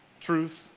truth